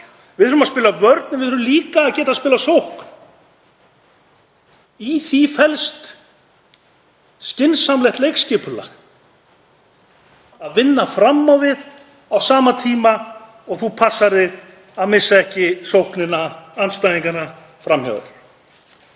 Við þurfum að spila vörn en við verðum líka að geta spilað sókn. Í því felst skynsamlegt leikskipulag, að vinna fram á við á sama tíma og maður passar að missa ekki sókn andstæðinganna fram hjá.